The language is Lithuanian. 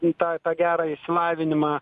į tą tą gerą išsilavinimą